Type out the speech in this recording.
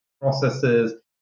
processes